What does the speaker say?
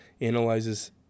analyzes